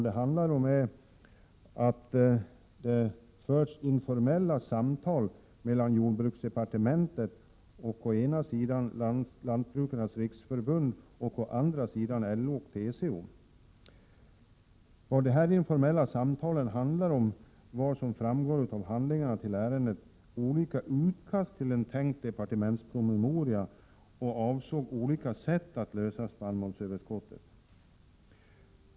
Den handlar om att det förts informella samtal mellan jordbruksdepartementet, Lantbrukarnas riksförbund och LO och TCO. Vad de här informella samtalen handlade om var, som framgår av handlingarna till ärendet, olika utkast till en tänkt departementspromemoria och avsåg olika sätt att lösa problemet med spannmålsöverskottet.